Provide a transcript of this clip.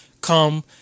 Come